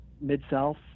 Mid-South